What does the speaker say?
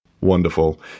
Wonderful